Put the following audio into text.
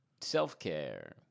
self-care